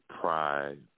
pride